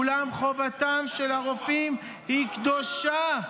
אולם חובתם של הרופאים היא קדושה,